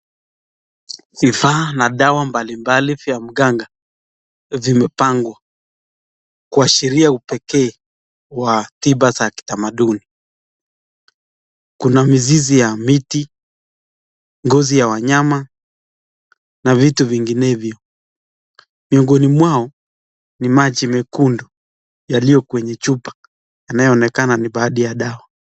Vifaa na dawa mbalimbali vya mganga, vimepangwa kuashiria upekee wa tiba za kitamaduni. Kuna mizizi ya miti, ngozi ya wanyama na vitu vinginevyo .Miongoni mwao, ni maji mekundu yaliyo kwenye chupa yanayoonekana ni baadhi ya dawa.